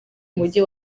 mujyi